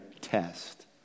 test